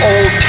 Old